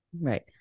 Right